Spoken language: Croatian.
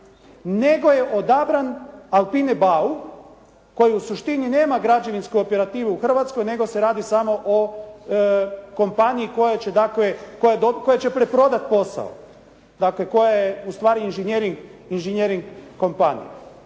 nego je odabran Alpine Bau koji u suštini nema građevinsku operativu u Hrvatskoj nego se radi samo o kompaniji koja će dakle, koja će preprodati posao. Dakle koja je ustvari inžinjering kompanije.